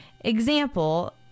example